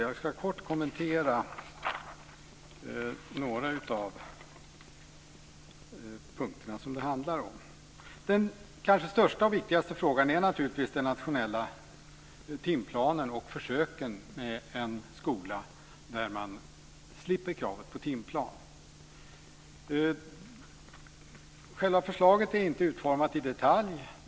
Jag ska kort kommentera några av de punkter som det handlar om. Den kanske största och viktigaste frågan är naturligtvis den nationella timplanen och försöken med en skola där man slipper kravet på timplan. Själva förslaget är inte utformat i detalj.